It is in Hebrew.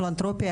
פילנתרופיה,